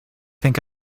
think